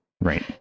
right